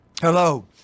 Hello